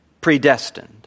predestined